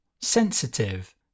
sensitive